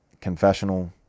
confessional